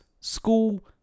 School